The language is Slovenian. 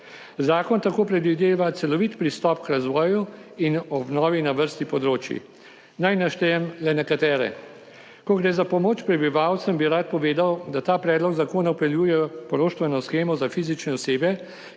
Zakon tako predvideva celovit pristop k razvoju in obnovi na vrsti področij. Naj naštejem le nekatere. Ko gre za pomoč prebivalcem, bi rad povedal, da ta predlog zakona vpeljuje poroštveno shemo za fizične osebe,